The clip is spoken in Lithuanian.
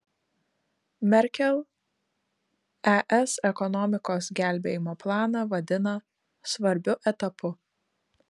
merkel es ekonomikos gelbėjimo planą vadina svarbiu etapu